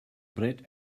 bread